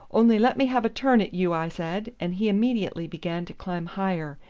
only let me have a turn at you, i said, and he immediately began to climb higher.